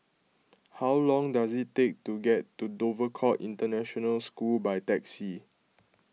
how long does it take to get to Dover Court International School by taxi